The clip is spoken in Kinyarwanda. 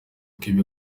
bifuza